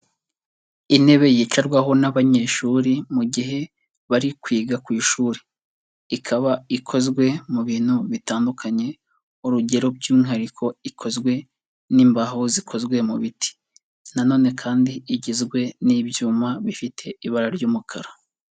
Intebe yicarwaho n'abanyeshuri mu gihe bari kwiga ku ishuri, ikaba ikozwe mu bintu bitandukanye urugero by'umwihariko ikozwe n'imbaho zikozwe mu biti, nanone kandi igizwe n'ibyuma bifite ibara ry'umukara.